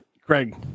Craig